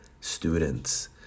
students